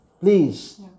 Please